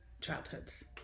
childhoods